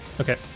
Okay